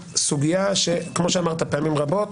כמו שאמרת, פעמים רבות,